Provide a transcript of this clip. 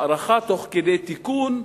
הארכה תוך כדי תיקון,